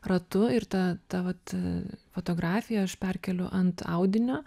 ratu ir ta ta vat fotografiją aš perkeliu ant audinio